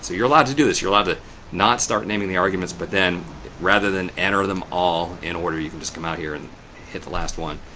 you're allowed to do this. you're allowed to not start naming the arguments, but then rather than enter them all in order, you can just come out here and hit the last one.